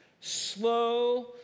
slow